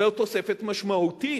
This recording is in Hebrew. זו תוספת משמעותית,